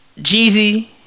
Jeezy